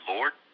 Lord